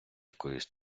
якоїсь